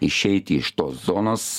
išeiti iš tos zonos